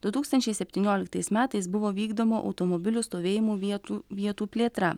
du tūkstančiai septynioliktais metais buvo vykdoma automobilių stovėjimo vietų vietų plėtra